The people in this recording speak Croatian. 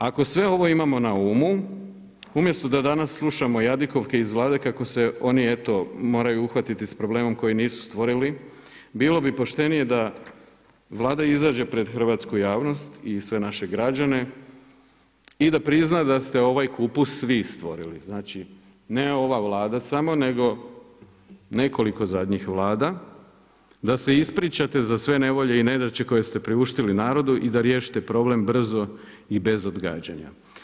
Ako sve ovo imamo na umu, umjesto da danas slušamo jadikovke iz Vlade kako se oni eto moraju uhvatiti s problemom koji nisu stvorili, bilo bi poštenije da Vlada izađe pred hrvatsku javnost i sve naše građane i da prizna da ste ovaj kupus vi stvorili, znači ne ova Vlada samo nego nekoliko zadnjih Vlada, da se ispričate za sve nevolje i nedaće koje ste priuštili narodu i da riješite problem brzo i bez odgađanja.